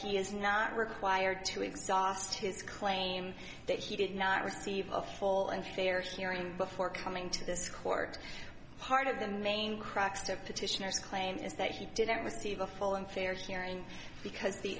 he is not required to exhaust his claim that he did not receive a full and fair hearing before coming to this court part of the main crux to petitioners claimed is that he did not receive a full and fair hearing because